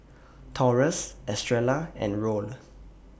Taurus Estrella and Roll